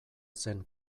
zen